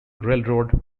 railroad